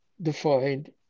defined